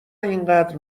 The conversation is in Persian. اینقدر